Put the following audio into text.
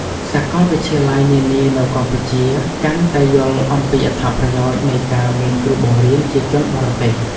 សាកលវិទ្យាល័យនានានៅកម្ពុជាកាន់តែយល់អំពីអត្ថប្រយោជន៍នៃការមានគ្រូបង្រៀនជាជនបរទេស។